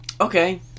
Okay